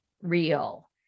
Real